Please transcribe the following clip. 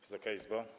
Wysoka Izbo!